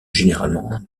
généralement